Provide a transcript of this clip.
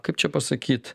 kaip čia pasakyt